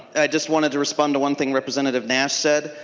i just want to to respond to one thing representative nash said.